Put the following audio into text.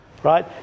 right